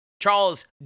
Charles